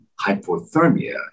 hypothermia